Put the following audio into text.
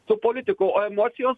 su politiku o emocijos